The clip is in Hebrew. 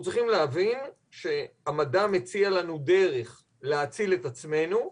אנחנו צריכים להבין שהמדע מציע לנו דרך להציל את עצמנו,